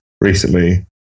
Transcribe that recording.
recently